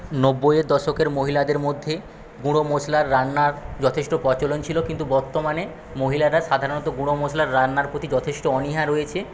নব্বইয়ের দশকের মহিলাদের মধ্যে গুঁড়ো মশলার রান্নার যথেষ্ট প্রচলন ছিলো কিন্তু বর্তমানে মহিলারা সাধারণত গুঁড়ো মশলার রান্নার প্রতি যথেষ্ট অনীহা রয়েছে